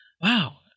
wow